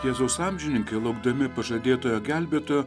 jėzaus amžininkai laukdami pažadėtojo gelbėtojo